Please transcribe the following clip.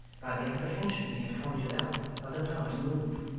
by the apprehension he had conjured up, of the power to move.